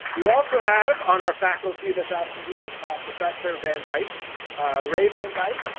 we also have on our faculty this afternoon professor van dyke raven right